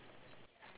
eh the words on the